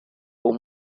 aux